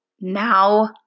now